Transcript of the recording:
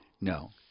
No